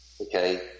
Okay